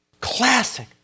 Classic